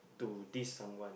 to this someone